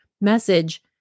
message